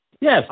Yes